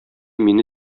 мине